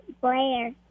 Blair